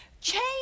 Change